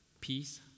peace